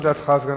מה אתה מציע?